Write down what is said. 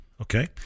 Okay